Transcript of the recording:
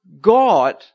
God